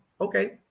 Okay